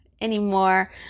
anymore